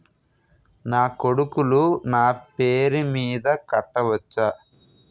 నా కొడుకులు నా పేరి మీద కట్ట వచ్చా?